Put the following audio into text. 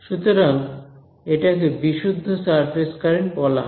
সুতরাং এটাকে বিশুদ্ধ সারফেস কারেন্ট বলা হয়